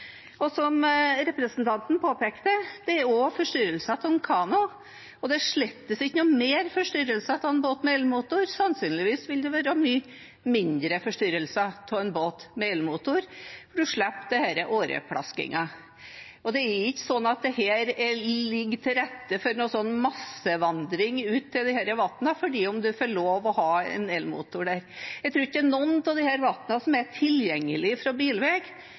og det er slett ikke mer forstyrrelser av en båt med elmotor, sannsynligvis vil det være mye mindre forstyrrelser fra en båt med elmotor. Man slipper denne åreplaskingen. Det er ikke slik at det ligger til rette for massevandring ut til disse vannene fordi om en får lov til å ha en elmotor der. Jeg tror ikke noen av disse vannene er tilgjengelige fra bilvei. Det betyr altså at de som